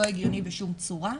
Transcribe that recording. לא הגיוני בשום צורה.